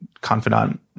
confidant